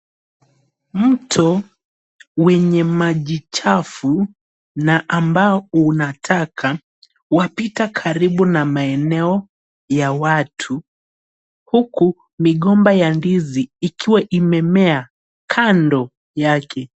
Mto wenye maji chafu na ambao una taka wapita karibu na maeneo ya watu huku migomba ya ndizi ikiwa imemea kando yake.